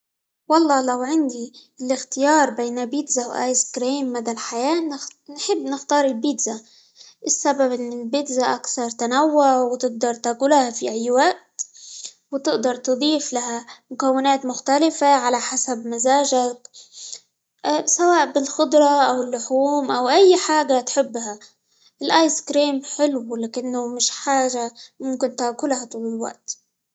والله لو عندي الإختيار بين بيتزا، وآيس كريم مدى الحياة، -نخ- نحب نختار البيتزا؛ السبب إن البيتزا أكتر تنوع، وتقدر تاكلها في أي وقت، وتقدر تضيف لها مكونات مختلفة على حسب مزاجك، سواء بالخضرة، أو اللحوم، أو أي حاجة تحبها، الآيس كريم حلو، لكنه مش حاجة ممكن تاكلها طول الوقت.